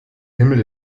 himmel